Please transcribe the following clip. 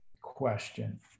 question